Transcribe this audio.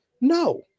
No